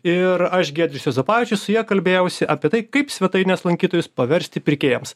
ir aš giedrius juozapavičius su ja kalbėjausi apie tai kaip svetainės lankytojus paversti pirkėjams